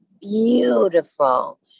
beautiful